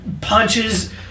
punches